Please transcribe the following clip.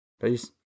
Peace